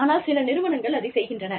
ஆனால் சில நிறுவனங்கள் அதைச் செய்கின்றன